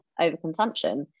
overconsumption